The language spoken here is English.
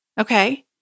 Okay